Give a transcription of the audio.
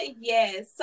yes